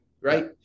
right